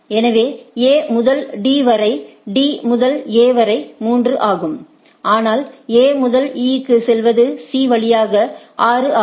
எனவே A முதல் Dவரை D முதல் A வரை 3 ஆகும் ஆனால் A முதல் E க்கு செல்வது C வழியாக 6 ஆகும்